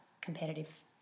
competitive